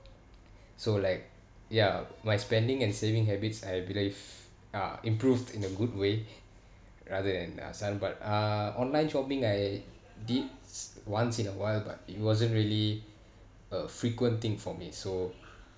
so like ya my spending and saving habits I believe uh improved in a good way rather than uh some but uh online shopping I did once in a while but it wasn't really a frequent thing for me so